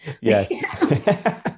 Yes